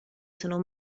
sono